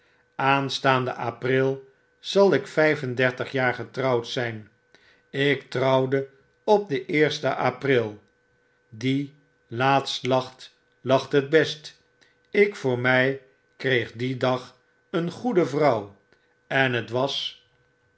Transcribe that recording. aanstaande april zal ik vflf en dertig jaar getrouwd zfln ik trouwde op den eersten april die laatst lacht lacht het best ik voor mjj kreeg dien dag een goede vrouw en het was